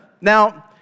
Now